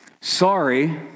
sorry